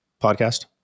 podcast